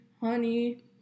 Honey